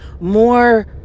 more